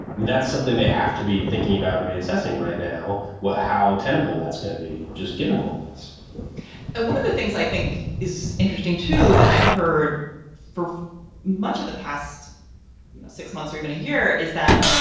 that's something they have to be thinking about and reassessing right now what how tenable that's going to be just given all of of this and one of the things i think is interesting, too, that i've heard for much of the past you know six months or even a year, is that